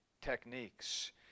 techniques